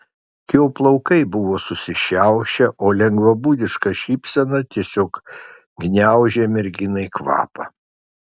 jo plaukai buvo susišiaušę o lengvabūdiška šypsena tiesiog gniaužė merginai kvapą